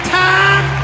time